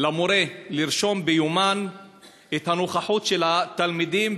למורה לרשום ביומן את הנוכחות של התלמידים,